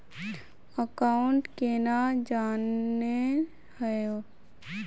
Account केना जाननेहव?